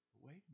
Wait